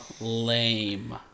lame